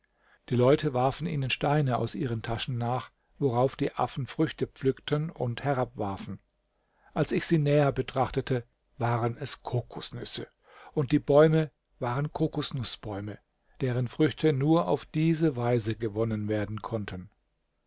die leute warfen ihnen steine aus ihren taschen nach worauf die affen früchte pflückten und herabwarfen als ich sie näher betrachtete waren es kokosnüsse und die bäume waren kokosnußbäume deren früchte nur auf diese weise gewonnen werden konnten